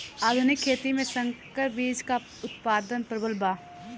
आधुनिक खेती में संकर बीज क उतपादन प्रबल बा